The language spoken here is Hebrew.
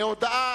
בהודעה,